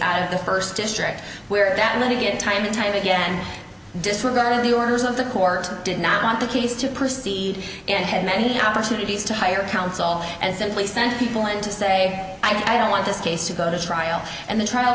out of the first district where that money get time and time again disregarded the orders of the court did not the case to proceed and had many opportunities to hire counsel and simply sent people in to say i don't want this case to go to trial and the trial